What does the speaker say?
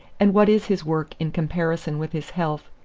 and what is his work in comparison with his health?